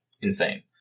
insane